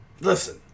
Listen